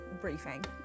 briefing